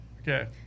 okay